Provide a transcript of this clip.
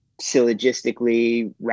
syllogistically